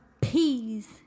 peas